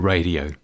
Radio